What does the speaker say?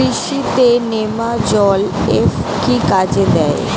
কৃষি তে নেমাজল এফ কি কাজে দেয়?